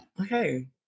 okay